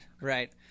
right